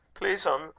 please'm,